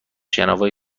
شنوایی